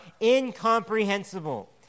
incomprehensible